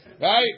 Right